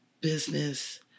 business